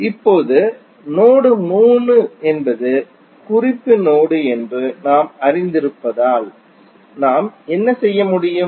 இப்போது நோடு 3 என்பது குறிப்பு நோடு என்று நாம் அறிந்திருப்பதால் நாம் என்ன செய்ய முடியும்